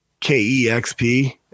KEXP